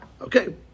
Okay